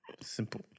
Simple